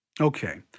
Okay